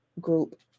group